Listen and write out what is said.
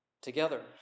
together